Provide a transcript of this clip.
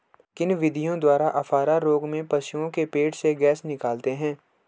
किन विधियों द्वारा अफारा रोग में पशुओं के पेट से गैस निकालते हैं?